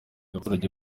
abaturage